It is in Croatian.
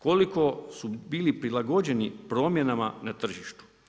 Koliko su bili prilagođeni promjenama na tržištu?